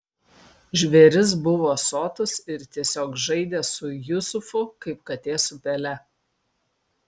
žvėris buvo sotus ir tiesiog žaidė su jusufu kaip katė su pele